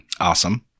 Awesome